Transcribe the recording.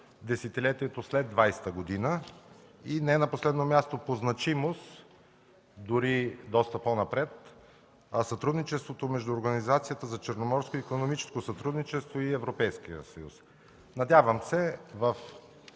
десетилетието след 20-а година; и не на последно място по значимост, дори доста по-напред: сътрудничеството между Организацията за Черноморско икономическо сътрудничество и Европейския съюз. Надявам се в